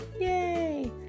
yay